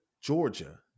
Georgia